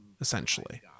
essentially